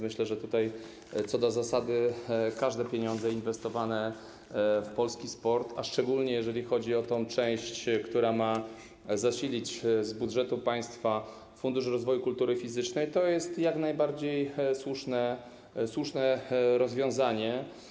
Myślę, że co do zasady każde pieniądze inwestowane w polski sport, a szczególnie jeżeli chodzi o tę część, która ma zasilić z budżetu państwa Fundusz Rozwoju Kultury Fizycznej, to jest jak najbardziej słuszne rozwiązanie.